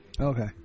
Okay